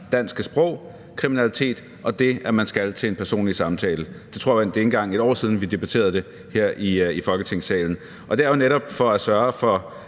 danske sprog, kriminalitet og det, at man skal til en personlig samtale. Det tror jeg vist ikke engang er et år siden vi debatterede her i folketingssalen. Og det er jo netop for at sørge for,